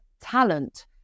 talent